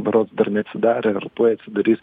berods dar neatsidarė ar tuoj atsidarys